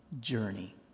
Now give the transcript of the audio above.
journey